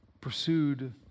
Pursued